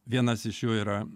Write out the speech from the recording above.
vienas iš jų yra